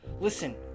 listen